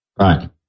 Right